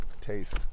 taste